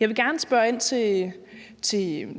Jeg vil gerne spørge ind